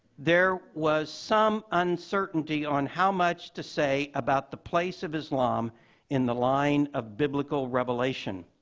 there was some uncertainty on how much to say about the place of islam in the line of biblical revelation.